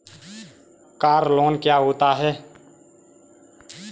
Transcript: Car loan क्या होता है?